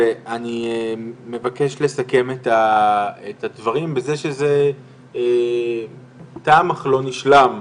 ואני מבקש לסכם את הדברים בזה שזה תם אך לא נשלם,